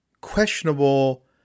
questionable